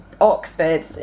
Oxford